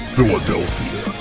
Philadelphia